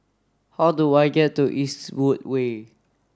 how do I get to Eastwood Way